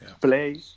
play